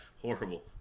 horrible